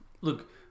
Look